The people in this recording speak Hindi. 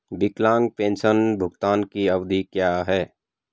विकलांग पेंशन भुगतान की अवधि क्या है?